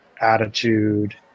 attitude